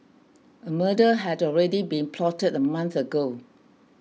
a murder had already been plotted a month ago